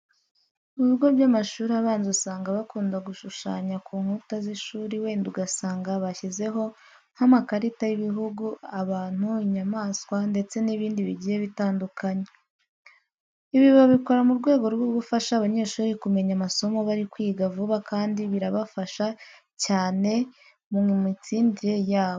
Mu bigo by'amashuri abanza usanga bakunda gushushanya ku nkuta z'ishuri, wenda ugasanga bashyizeho nk'amakarita y'ibihugu, abantu, inyamaswa ndetse n'ibindi bigiye bitandukanye. Ibi babikora mu rwego rwo gufasha abanyeshuri kumenya amasomo bari kwiga vuba kandi birafasha cyane mu mitsindire yabo.